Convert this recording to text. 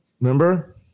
Remember